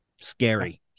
scary